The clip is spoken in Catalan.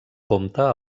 comte